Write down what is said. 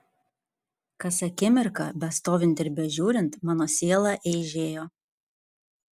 kas akimirką bestovint ir bežiūrint mano siela eižėjo